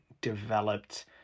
developed